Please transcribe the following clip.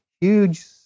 huge